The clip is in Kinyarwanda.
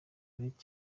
umugore